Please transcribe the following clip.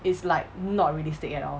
is like not realistic at all